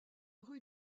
rue